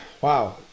Wow